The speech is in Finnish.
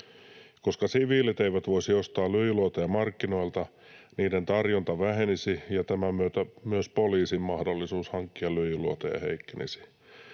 Koska siviilit eivät voisi ostaa lyijyluoteja markkinoilta, niiden tarjonta vähenisi ja tämän myötä myös poliisin mahdollisuus hankkia lyijyluoteja heikkenisi.